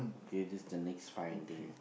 with this that's fine then